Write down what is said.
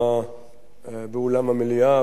באולם המליאה בשעה זו.